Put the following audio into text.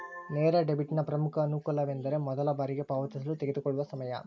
ನೇರ ಡೆಬಿಟ್ನ ಪ್ರಮುಖ ಅನಾನುಕೂಲವೆಂದರೆ ಮೊದಲ ಬಾರಿಗೆ ಪಾವತಿಸಲು ತೆಗೆದುಕೊಳ್ಳುವ ಸಮಯ